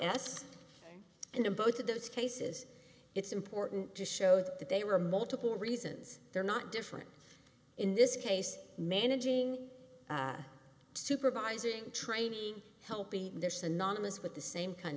in both of those cases it's important to show them that they were multiple reasons they're not different in this case managing supervising training helping their synonymous with the same kind